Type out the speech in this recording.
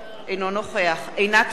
אינו נוכח עינת וילף,